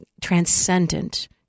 transcendent